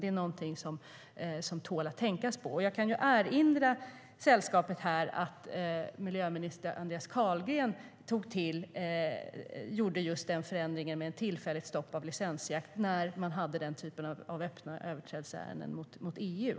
Det är något som tål att tänka på. Jag kan erinra sällskapet här om att den tidigare miljöministern Andreas Carlgren gjorde just förändringen med ett tillfälligt stopp för licensjakt när man hade den typen av öppna överträdelseärenden mot EU.